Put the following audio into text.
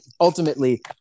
ultimately